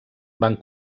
van